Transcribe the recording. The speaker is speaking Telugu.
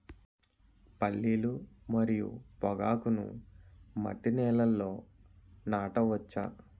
పల్లీలు మరియు పొగాకును మట్టి నేలల్లో నాట వచ్చా?